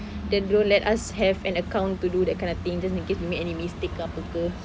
they don't let us have an account to do that kind of things just in case we make any mistakes ke apa ke